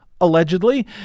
allegedly